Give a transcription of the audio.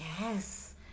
Yes